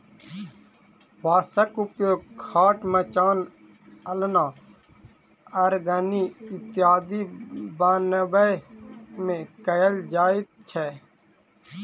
बाँसक उपयोग खाट, मचान, अलना, अरगनी इत्यादि बनबै मे कयल जाइत छै